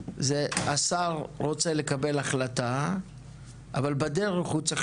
זה השר רוצה לקבל החלטה אבל בדרך הוא צריך